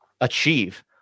achieve